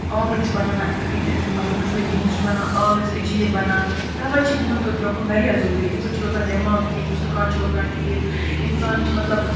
آلٕژۍ بَنان اِتھ کٔنۍ مطلب یُس نہٕ گِنٛدِ سُہ چھُ بَنان ٲلٕژۍ عجیٖب بَنان تَوے چھُ گِنٛدُن تہٕ درٛۄکُن واریاہ ضروٗری اَمہِ سۭتۍ چھُ روزان دٮ۪ماغ ٹھیٖک وُستُخان چھُ روزان ٹھیٖک اِنسان چھُ مطلب